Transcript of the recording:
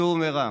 סור מרע